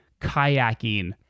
kayaking